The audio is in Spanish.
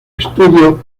estudio